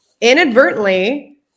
inadvertently